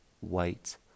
white